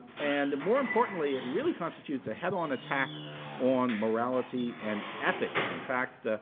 and more importantly, it really constitutes a head-on attack on morality and ethics. in fact,